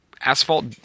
asphalt